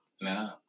No